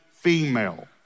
female